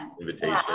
invitation